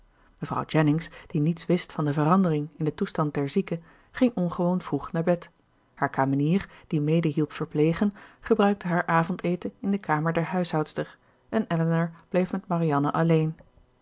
mevrouw jennings die niets wist van de verandering in den toestand der zieke ging ongewoon vroeg naar bed haar kamenier die mede hielp verplegen gebruikte haar avondeten in de kamer der huishoudster en elinor bleef met marianne alleen